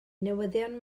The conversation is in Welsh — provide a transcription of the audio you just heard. newyddion